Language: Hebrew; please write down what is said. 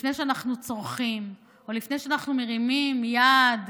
לפני שאנחנו צורחים או לפני שאנחנו מרימים יד,